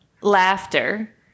Laughter